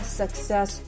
success